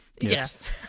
Yes